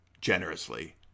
generously